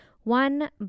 one